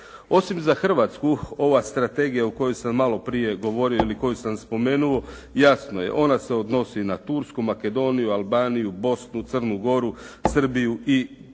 Osim za Hrvatsku, ova strategija o kojoj sam malo prije govorio ili koju sam spomenuo jasno je ona se odnosi na Tursku, Makedoniju, Albaniju, Bosnu, Crnu Goru, Srbiju i Kosovo.